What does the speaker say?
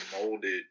molded